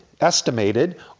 estimated